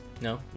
No